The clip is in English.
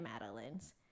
Madeline's